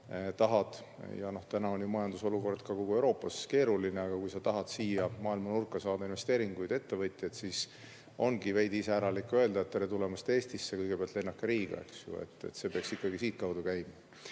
praegu on majandusolukord kogu Euroopas keeruline, et kui sa tahad siia maailmanurka saada investeeringuid ja ettevõtjaid, siis ongi veidi iseäralik öelda: "Tere tulemast Eestisse! Aga kõigepealt lennake Riiga." See peaks ikkagi siitkaudu käima.